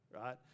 Right